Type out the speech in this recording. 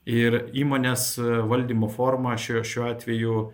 ir įmonės valdymo formą šiuo šiuo atveju